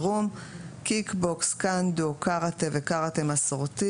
+ קיק בוקס + קנדו + קארטה + קארטה מסורתי